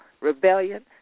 Rebellion